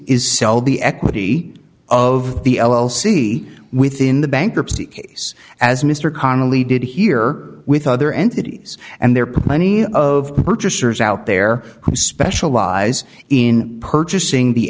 is sell the equity of the l l c within the bankruptcy case as mr connelly did here with other entities and there are plenty of purchasers out there who specialize in purchasing the